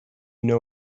know